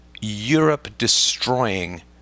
Europe-destroying